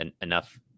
enough